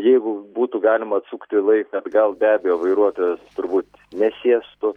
jeigu būtų galima atsukti laiką atgal be abejo vairuotojas turbūt nesėstų